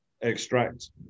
extract